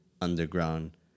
underground